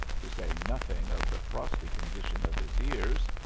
to say nothing of the frosty condition of his ears,